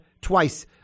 twice